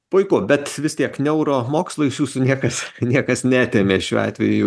puiku bet vis tiek neuromokslų iš jūsų niekas niekas neatėmė šiuo atveju